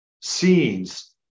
scenes